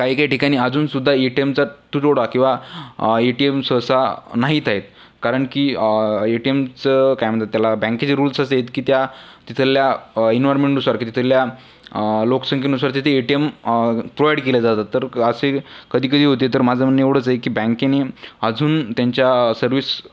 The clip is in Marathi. काही काही ठिकाणी अजूनसुद्धा ए टी एमचा तुटवडा किंवा ए टी एम सहसा नाही आहेत कारण की ए टी एमचं काय म्हणतात त्याला बँकेचे रुल्स असे आहेत की त्या तिथल्या इन्व्हायर्मेंटनुसार की तिथल्या लोकसंख्येनुसार तिथे ए टी एम प्रोव्हाईड केल्या जातात तर असे कधीकधी होते तर माझं म्हणणं एवढंच आहे की बँकेनी अजून त्यांच्या सर्व्हिस